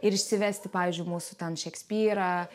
ir išsivesti pavyzdžiui mūsų ten šekspyrą